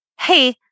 hey